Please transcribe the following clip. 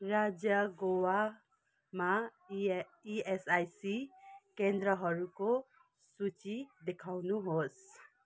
राज्य गोवामा इए इएसआइसी केन्द्रहरूको सूची देखाउनुहोस्